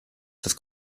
das